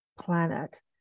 planet